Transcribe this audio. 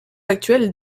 actuelles